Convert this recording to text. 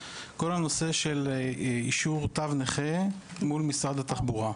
וזה כל הנושא של אישור תו נכה מול משרד התחבורה.